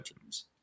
teams